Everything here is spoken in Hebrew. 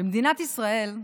במדינת ישראל,